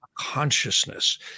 Consciousness